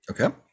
Okay